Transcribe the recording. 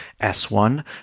S1